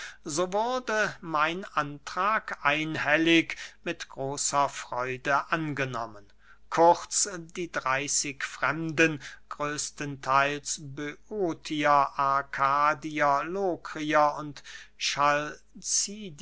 so wurde mein antrag einhellig mit großer freude angenommen kurz die dreyßig fremden größtentheils böotier arkadier lokrier und